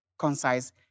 concise